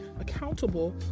accountable